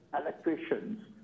electricians